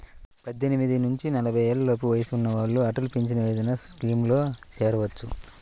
పద్దెనిమిది నుంచి నలభై ఏళ్లలోపు వయసున్న వాళ్ళు అటల్ పెన్షన్ యోజన స్కీమ్లో చేరొచ్చు